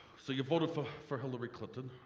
so you voted for for hillary clinton,